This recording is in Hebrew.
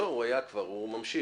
לא, הוא היה כבר, הוא ממשיך.